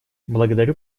благодарю